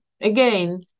again